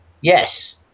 Yes